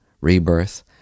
rebirth